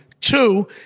two